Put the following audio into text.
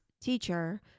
teacher-